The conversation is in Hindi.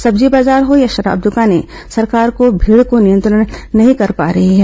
सब्जी बाजार हो या शराब द्कानें सरकार को भीड को नियंत्रित नहीं कर पा रही है